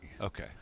Okay